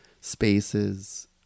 spaces